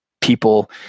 people